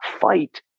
fight